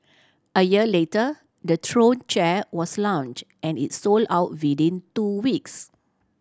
a year later the Throne chair was launch and it sold out within two weeks